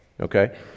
Okay